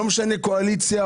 לא משנה קואליציה,